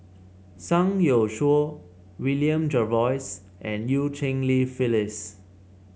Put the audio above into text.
Zhang Youshuo William Jervois and Eu Cheng Li Phyllis